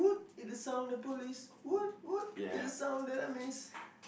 is the sound of police what what is the sound of police